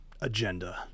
agenda